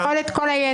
אתה יכול את כל היתר.